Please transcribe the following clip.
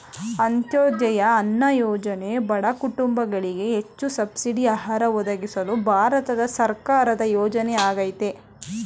ಅಂತ್ಯೋದಯ ಅನ್ನ ಯೋಜನೆ ಬಡ ಕುಟುಂಬಗಳಿಗೆ ಹೆಚ್ಚು ಸಬ್ಸಿಡಿ ಆಹಾರ ಒದಗಿಸಲು ಭಾರತ ಸರ್ಕಾರದ ಯೋಜನೆಯಾಗಯ್ತೆ